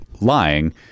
lying